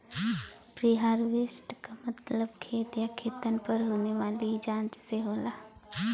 preharvest क मतलब खेत या खेतन पर होने वाली जांच से होला